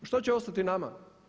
A što će ostati nama?